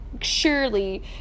surely